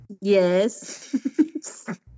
yes